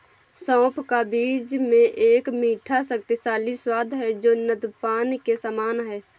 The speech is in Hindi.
सौंफ का बीज में एक मीठा, शक्तिशाली स्वाद है जो नद्यपान के समान है